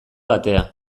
atea